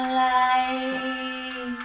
light